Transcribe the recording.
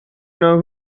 know